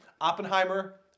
Oppenheimer